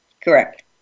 Correct